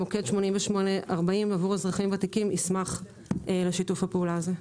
מוקד 8840 עבור אזרחים ותיקים אשמח לשיתוף הפעולה הזה.